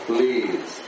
Please